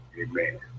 Amen